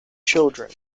children